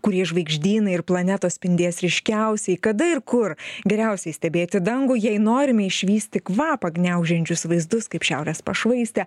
kurie žvaigždynai ir planetos spindės ryškiausiai kada ir kur geriausiai stebėti dangų jei norime išvysti kvapą gniaužiančius vaizdus kaip šiaurės pašvaistę